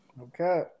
Okay